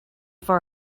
for